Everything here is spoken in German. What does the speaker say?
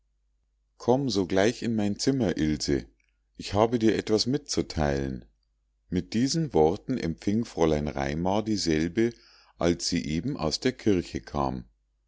komm sogleich in mein zimmer ilse ich habe dir etwas mitzuteilen mit diesen worten empfing fräulein raimar dieselbe als sie eben aus der kirche kam